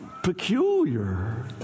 peculiar